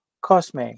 Cosme